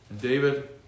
David